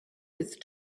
with